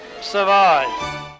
survive